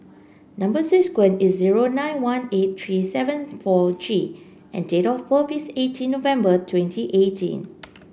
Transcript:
number is S zero nine one eight three seven four G and date of birth is eighteen November twenty eighteen